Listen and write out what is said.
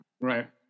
Right